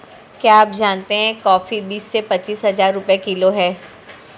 क्या आप जानते है कॉफ़ी बीस से पच्चीस हज़ार रुपए किलो है?